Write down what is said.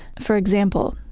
for example,